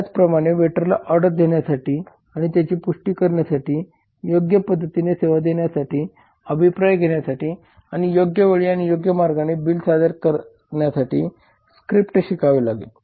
त्याचप्रमाणे वेटरला ऑर्डर घेण्यासाठी आणि त्याची पुष्टी करण्यासाठी योग्य पद्धतीने सेवा देण्यासाठी अभिप्राय घेण्यासाठी आणि योग्य वेळी आणि योग्य मार्गाने बिल सादर करण्यासाठी स्क्रिप्ट शिकावी लागेल